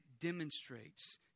demonstrates